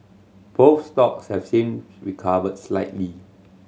both stocks have since recovered slightly